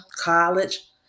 college